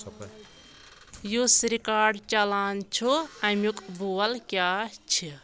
یُس ریکاڑ چلان چھُ اَمِیک بول کیاہ چھِ